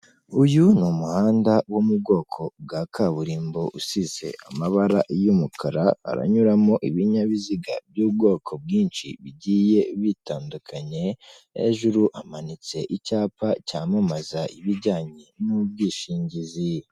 Uyu ni umuhanda wo mu bwoko bwa kaburimbo usize amabara y'umukara haranyuramo ibinyabiziga by'ubwoko bwinshi bigiye bitandukanyekanya hejuru hamanitse icyapa cyamamaza ibijyanye n'ubwishingizi.